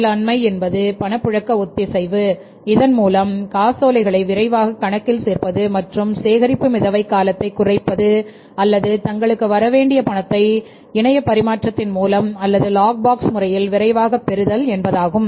மேலாண்மை என்பது பணப்புழக்க ஒத்திசைவுஇதன்மூலம் காசோலைகளை விரைவாக கணக்கில் சேர்ப்பது மற்றும் சேகரிப்பு மிதவை காலத்தை குறைப்பது அல்லது தங்களுக்கு வரவேண்டிய பணத்தை இணையப் பரிமாற்றத்தின் மூலம் அல்லது லாக் பாக்ஸ் முறையில் விரைவாக பெறுதல் என்பதாகும்